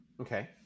Okay